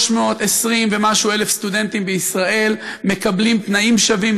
320,000 ומשהו סטודנטים בישראל מקבלים תנאים שווים,